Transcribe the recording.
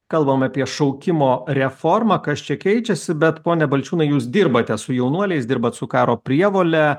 kalbam apie šaukimo reformą kas čia keičiasi bet pone balčiūnai jūs dirbate su jaunuoliais dirbat su karo prievole